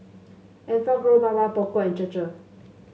Enfagrow Mamy Poko and Chir Chir